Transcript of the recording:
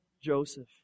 Joseph